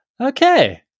okay